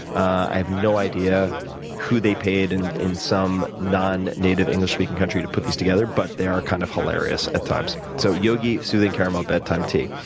i have no idea who they paid in in some non native english speaking country to put these together but they are kind of hilarious at times. so yogi soothing caramel bedtime tea.